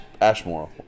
Ashmore